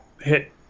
hit